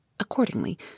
Accordingly